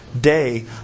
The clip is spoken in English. day